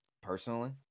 Personally